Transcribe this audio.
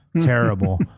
Terrible